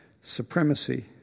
supremacy